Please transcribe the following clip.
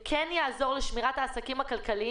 סליחה, הכול לגבי לוד.